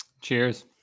Cheers